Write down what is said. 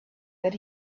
that